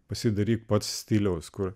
pasidaryk pats stiliaus kur